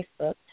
Facebook